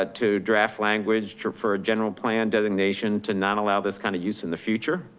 ah to draft language to refer general plan designation, to not allow this kind of use in the future.